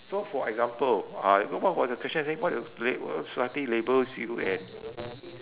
so for example uh wh~ what was the question again what labels society labels you and